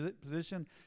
position